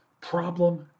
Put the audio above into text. problem